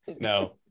no